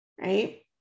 Right